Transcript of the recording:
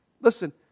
Listen